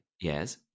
Yes